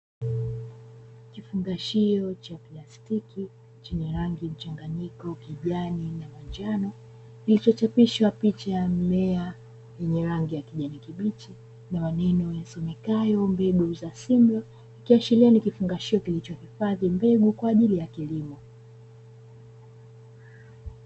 Kifungashio cha plastiki chenye rangi mchanganyiko kijani na manjano kilichochapishwa picha ya mmea, wenye rangi ya kijani kibichi na maneno yasomekayo "mbegu za simlo", kuashiria ni kifungashio kilichoifadhi mbegu kwa ajili ya kilimo.